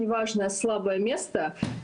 זאת אומרת שהמשא ומתן על האולפנים